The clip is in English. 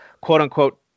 quote-unquote